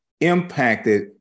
impacted